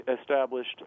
established